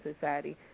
society